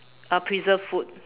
uh preserve food